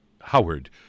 Howard